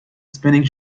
spinning